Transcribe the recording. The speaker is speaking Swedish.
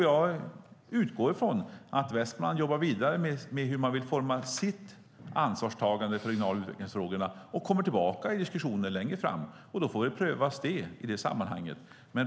Jag utgår från att Västmanland jobbar vidare med hur man vill utforma sitt ansvar för de regionala utvecklingsfrågorna och kommer tillbaka i diskussioner längre fram. Då får vi pröva det i det sammanhanget.